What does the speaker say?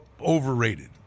overrated